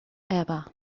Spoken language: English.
eva